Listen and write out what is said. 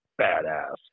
badass